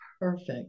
perfect